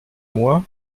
moi